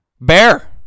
Bear